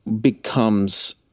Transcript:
becomes